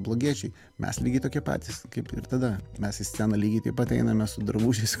blogiečiai mes lygiai tokie patys kaip ir tada mes į sceną lygiai taip einame su drabužiais